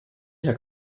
herr